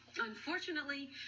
Unfortunately